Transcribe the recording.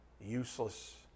useless